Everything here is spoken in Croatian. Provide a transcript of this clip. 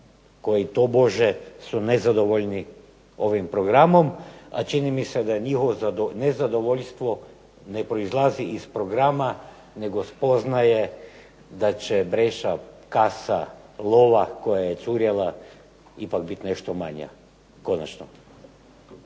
koji tobože su nezadovoljni ovim programom, a čini mi se da je njihovo nezadovoljstvo ne proizlazi iz programa nego iz spoznaje da će breša, kasa, lova koja je curila ipak biti nešto manja konačno.